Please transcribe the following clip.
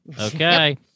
Okay